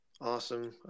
awesome